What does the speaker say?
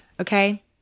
okay